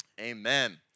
Amen